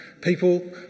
people